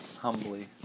Humbly